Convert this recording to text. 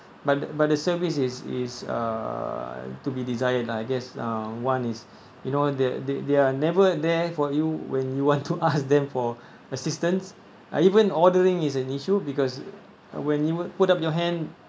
but the but the service is is uh to be desired lah I guess uh one is you know they they they're never there for you when you want to ask them for assistance uh even ordering is an issue because when you put up your hand